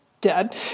dead